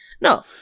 no